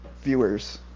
viewers